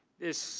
this